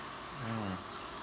mm